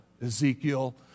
Ezekiel